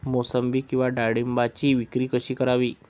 मोसंबी किंवा डाळिंबाची विक्री कशी करावी?